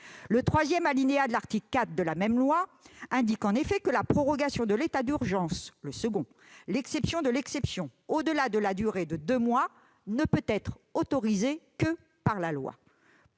Le troisième alinéa de l'article 4 indique en effet que la prorogation de l'état d'urgence, le second état d'urgence, à savoir l'exception de l'exception, au-delà de la durée de deux mois ne peut être autorisée que par la loi.